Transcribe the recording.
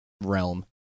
realm